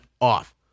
off